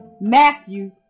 Matthew